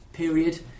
Period